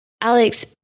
Alex